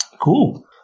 Cool